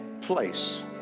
place